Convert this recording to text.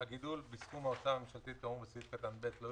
אם אנחנו רוצים לייחד את ההוצאה הזאת לשנת 21' אנחנו צריכים לתת ודאות.